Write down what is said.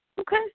Okay